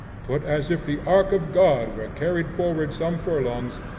put as if the ark of god were carried forward some furlongs,